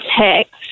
text